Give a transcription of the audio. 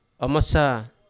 amasa